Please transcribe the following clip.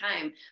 time